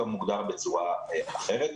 או מוגדר בצורה אחרת.